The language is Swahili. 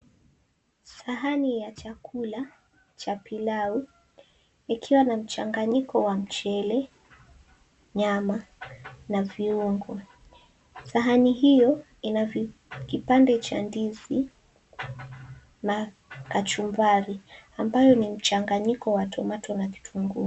Sahani ya chakula cha pilau ikiwa na mchanganyiko wa mchele , nyama na viungo. Sahani hiyo inakipande cha ndizi na kachumbari ambayo ni mchanganyiko wa tomato na kitungu.